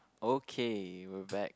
okay we're back